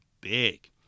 big